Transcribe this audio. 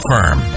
Firm